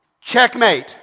Checkmate